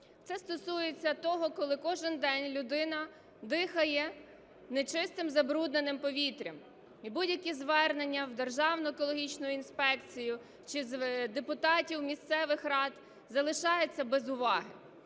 Це стосується того, коли кожен день людина дихає нечистим, забрудненим повітрям. І будь-які звернення в Державну екологічну інспекцію депутатів місцевих рад залишаються без уваги.